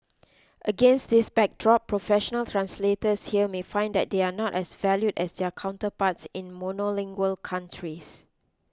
against this backdrop professional translators here may find that they are not as valued as their counterparts in monolingual countries